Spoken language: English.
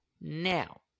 Now